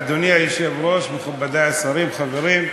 אדוני היושב-ראש, מכובדי השרים, חברים,